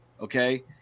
Okay